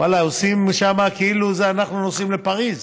ואללה, עושים שם כאילו אנחנו נוסעים לפריז.